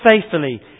faithfully